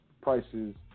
Prices